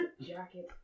Jacket